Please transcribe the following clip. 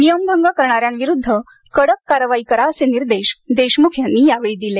नियमभंग करणाऱ्या विरुद्ध कडक कारवाई करा असे निर्देश देशमुख यांनी यावेळी दिले